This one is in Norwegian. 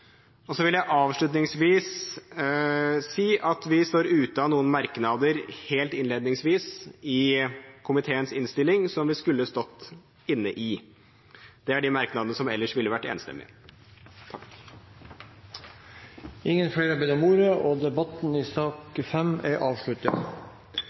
vil jeg si at vi står utenfor noen merknader helt innledningsvis i komiteens innstilling, som vi skulle stått inne i. Det er de merknadene som ellers ville vært enstemmige. Dette er eit forslag om å ta inn i